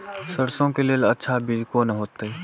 सरसों के लेल अच्छा बीज कोन होते?